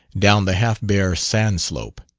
down the half-bare sand-slope.